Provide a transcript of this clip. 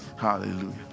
Hallelujah